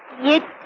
it